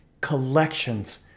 collections